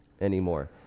anymore